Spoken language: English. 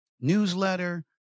newsletter